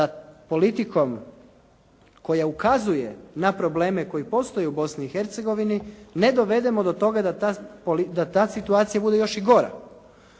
da politikom koja ukazuje na probleme koji postoje u Bosni i Hercegovini ne dovedemo do toga da ta situacija bude još i gora.